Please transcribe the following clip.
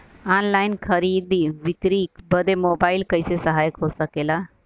Online खरीद बिक्री बदे मोबाइल कइसे सहायक हो सकेला?